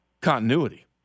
continuity